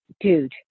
dude